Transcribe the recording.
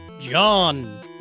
John